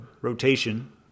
rotation